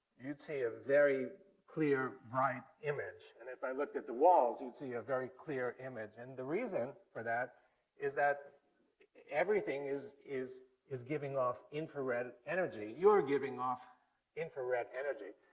you'd see a very clear, bright image. and if i looked at the walls you'd see a very clear image. and the reason for that is that everything is is giving off infrared energy. you're giving off infrared energy.